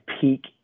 peak